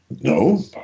no